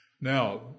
Now